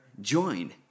join